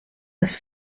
des